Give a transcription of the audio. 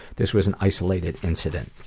this was an isolated incident.